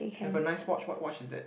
have a nice watch what watch is that